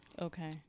Okay